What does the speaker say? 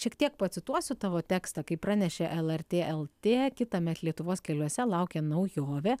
šiek tiek pacituosiu tavo tekstą kaip pranešė lrt lt kitąmet lietuvos keliuose laukia naujovė